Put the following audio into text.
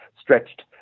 stretched